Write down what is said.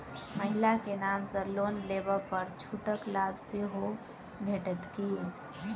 महिला केँ नाम सँ लोन लेबऽ पर छुटक लाभ सेहो भेटत की?